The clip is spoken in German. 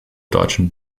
deutschen